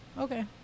Okay